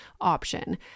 option